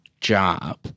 job